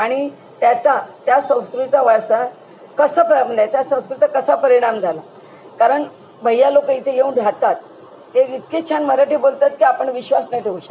आणि त्याचा त्या संस्कृतीचा वारसा कसं परिणाम य त्या संस्कृतीचा कसा परिणाम झाला कारण भैय्या लोक इथे येऊन राहतात ते इतके छान मराठी बोलतात की आपण विश्वास नाही ठेवू शकत